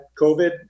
COVID